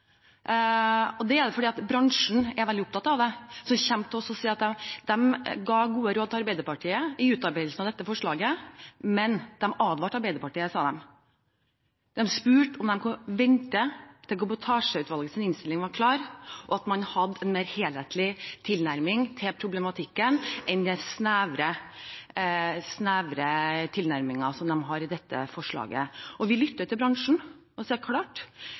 denne saken. Det er fordi bransjen er veldig opptatt av det. De kommer til oss og sier at de ga gode råd til Arbeiderpartiet i utarbeidelsen av dette forslaget, men advarte Arbeiderpartiet. De spurte om de kunne vente til Kabotasjeutvalgets innstilling var klar og man hadde en mer helhetlig tilnærming til problematikken enn den snevre tilnærmingen som man har i dette forslaget. Vi lytter til bransjen og sier: Klart,